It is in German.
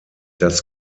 das